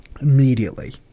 Immediately